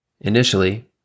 Initially